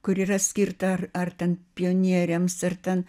kur yra skirta ar ar ten pionieriams ar ten